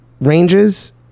ranges